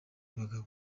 bagabo